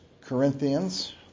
Corinthians